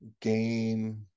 game